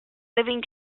living